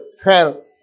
fell